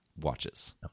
watches